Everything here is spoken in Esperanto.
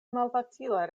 malfacile